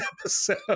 episode